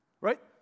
Right